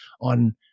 on